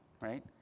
right